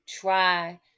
try